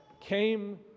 came